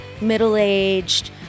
middle-aged